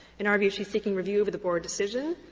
in our view she is seeking review over the board decision,